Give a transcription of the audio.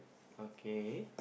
okay